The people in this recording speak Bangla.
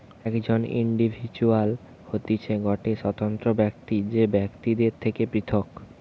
একজন ইন্ডিভিজুয়াল হতিছে গটে স্বতন্ত্র ব্যক্তি যে বাকিদের থেকে পৃথক